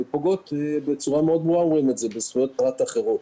שפוגעות בצורה מאוד ברורה בזכויות פרט אחרות.